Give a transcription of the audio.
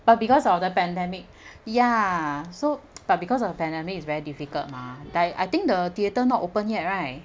but because of the pandemic ya so but because of pandemic is very difficult mah die I think the theatre not open yet right